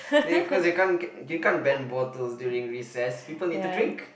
they cause they can't they can't ban bottles during recess people need to drink